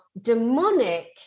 demonic